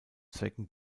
zwecken